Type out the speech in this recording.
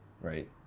right